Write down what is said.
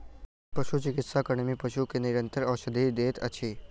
पशुचिकित्सा कर्मी पशु के निरंतर औषधि दैत अछि